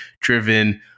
driven